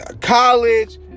college